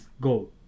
go